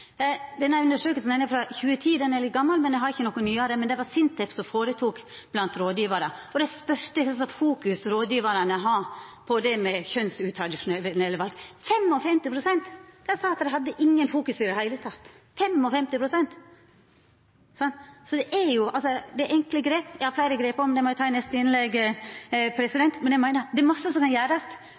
er frå 2010, den er litt gamal, men me har ikkje noko nyare, og det var SINTEF som føretok den blant rådgjevarar. Dei spurde kva fokus rådgjevarane hadde på det med kjønnsutradisjonelle val. 55 pst. sa at dei ikkje hadde noko fokus i det heile teke. Så det er enkle grep, men fleire grep òg, som skal til, men det må eg ta i neste innlegg. Eg meiner at det er masse som kan gjerast